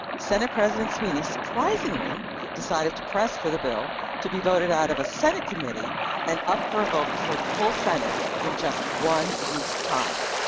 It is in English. senate president sweeney surprisingly decided to press for the bill to be voted out of a senate committee and up for a vote before the full senate is just one week's time.